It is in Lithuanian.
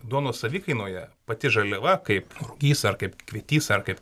duonos savikainoje pati žaliava kaip rugys ar kaip kvietys ar kaip